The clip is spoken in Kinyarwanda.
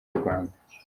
rwanda